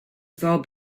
saw